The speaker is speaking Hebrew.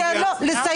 תן לו לסיים.